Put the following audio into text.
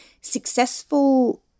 successful